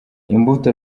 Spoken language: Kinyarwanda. imbuto